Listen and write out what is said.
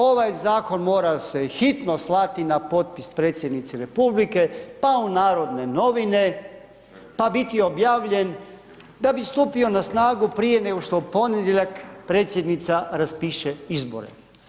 Ovaj zakon mora se hitno slati na potpis predsjednici republike, pa u Narodne novine, pa biti objavljen, da bi stupio na snagu prije nego što u ponedjeljak predsjednica raspiše izbore.